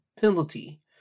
penalty